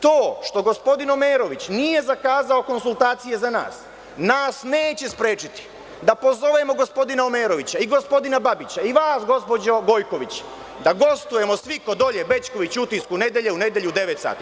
To što gospodin Omerović nije zakazao konsultacije za nas, nas neće sprečiti da pozovemo gospodina Omerovića i gospodina Babića i vas, gospođo Gojković, da gostujemo svi kod Olje Bećković u „Utisku nedelje“ u nedelju u 21,00 sat.